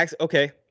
Okay